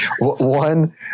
one